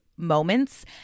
moments